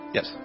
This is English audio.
Yes